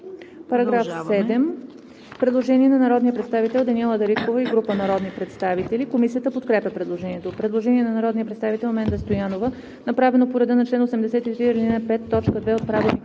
АНГЕЛОВА: Предложение на народния представител Даниела Дариткова и група народни представители. Комисията подкрепя предложението. Предложение на народния представител Менда Стоянова, направено по реда на чл. 83, ал.